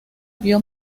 vio